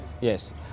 Yes